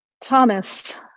Thomas